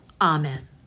Amen